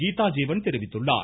கீதா ஜீவன் தெரிவித்துள்ளார்